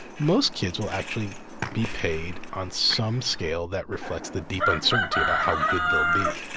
most kids will actually be paid on some scale that reflects the deep uncertainty about how good they'll be.